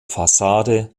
fassade